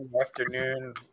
afternoon